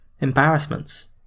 embarrassments